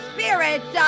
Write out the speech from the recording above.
Spirit